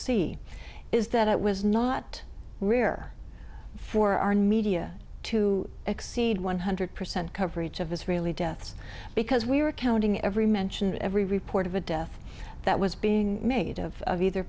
see is that it was not rear for our need to exceed one hundred percent coverage of israeli deaths because we were counting every mention every report of a death that was being made of